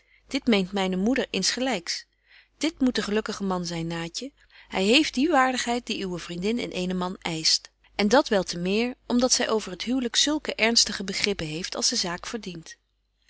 dit meent myne moeder insgelyks dit moet de gelukkige man zyn naatje hy heeft die waardigheid die uwe vriendin in eenen man eischt en dat wel te meer om dat zy over het huwlyk zulke ernstige begrippen heeft als de zaak verdient